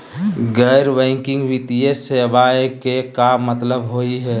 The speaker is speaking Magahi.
गैर बैंकिंग वित्तीय सेवाएं के का मतलब होई हे?